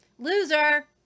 loser